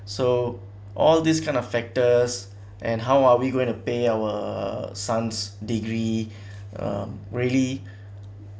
so all these kind of factors and how are we going to pay our son's degree um really